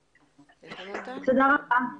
תודה, גבירתי,